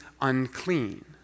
unclean